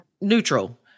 neutral